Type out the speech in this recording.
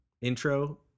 intro